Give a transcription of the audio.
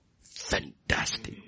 fantastic